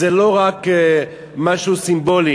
זה לא רק משהו סימבולי,